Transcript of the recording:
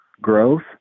growth